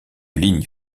ligne